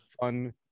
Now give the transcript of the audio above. fun